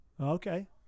okay